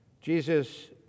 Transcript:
Jesus